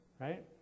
right